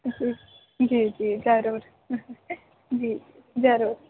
जी जी जी ज़रूर जी ज़रूरु